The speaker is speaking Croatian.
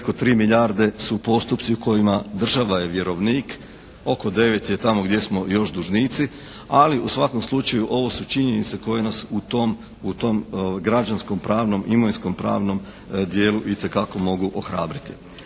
Preko 3 milijarde su postupci u kojima država je vjerovnik. Oko 9 je tamo gdje smo još dužnici, ali u svakom slučaju ovo su činjenice koje nas u tom građansko-pravnom, imovinsko-pravnom dijelu itekako mogu ohrabriti.